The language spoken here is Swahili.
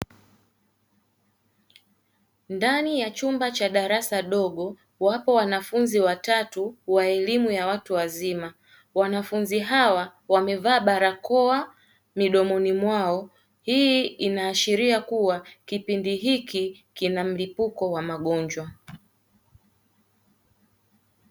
Ndani ya chumba cha darasa dogo wapo wanafunzi watatu wa elimu ya watu wazima, wanafunzi hawa wamevaa barakoa midomoni mwao hii inaashiria kuwa kipindi hiki kina mlipuko wa magonjwa.